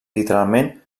literalment